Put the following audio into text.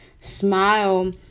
smile